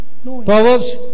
Proverbs